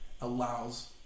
allows